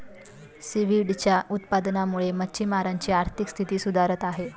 सीव्हीडच्या उत्पादनामुळे मच्छिमारांची आर्थिक स्थिती सुधारत आहे